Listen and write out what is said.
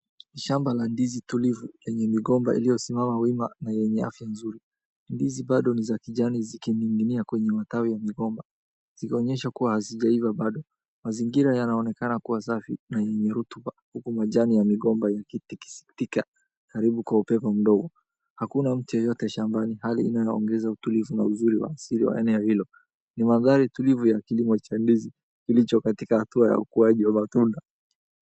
Ni shamba ya ndizi tulivu yenye migomba iliyosimama vizuri na yenye afya mzuri. Ndizi bado ni za kijani zikining'inia kwenye matawi ya migomba zikionyesha kuwa hazijaiva bado. Mazingira yanaonekana kuwa safi na yenye rotuba huku majani ya migomba yakitikisika karibu kwa upepo mdogo. Hakuna mtu yeyote shambani hali inayoongeza utulivu na uzuri wa siri wa eneo hilo, ni mandhari tulivu ya kilimo cha ndizi kilicho katika hatua ya ukuaji wa matunda.